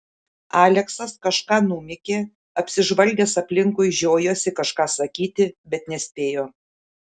aleksas kažką numykė apsižvalgęs aplinkui žiojosi kažką sakyti bet nespėjo